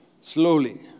slowly